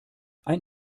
ein